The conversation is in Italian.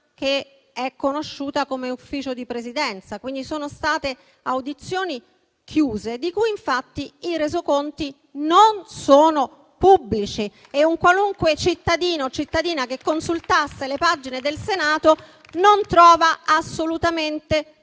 che è conosciuta come Ufficio di Presidenza, quindi sono state audizioni chiuse, di cui infatti i resoconti non sono pubblici e su cui un qualunque cittadino o cittadina che consultasse le pagine del Senato non troverebbe assolutamente nulla.